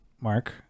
Mark